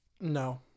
No